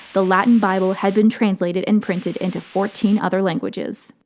the latin bible had been translated and printed into fourteen other languages.